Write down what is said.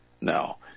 No